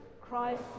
christ